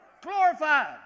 Glorified